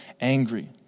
angry